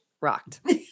rocked